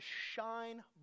shine